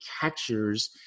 catchers